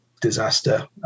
disaster